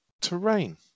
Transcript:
terrain